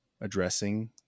addressing